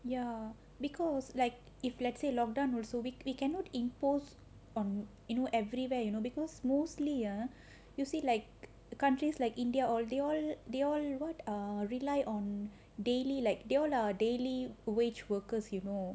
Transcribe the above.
ya because like if let's say long term also we we cannot impose on you know everywhere you know because mostly ah you see like countries like india all they all they all what err rely on daily like they all are daily wage workers you know